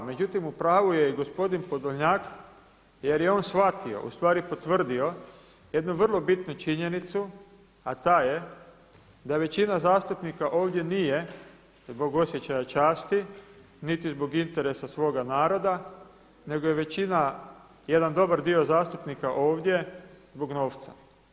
Međutim u pravu je i gospodin Podolnjak jer je on shvatio, ustvari potvrdio jednu vrlo bitnu činjenicu a taj da da većina zastupnika ovdje nije zbog osjećaja časti niti zbog interesa svoga naroda nego je većina jedan dobar dio zastupnika ovdje zbog novca.